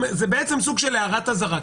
זה סוג של הערת אזהרה.